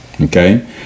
okay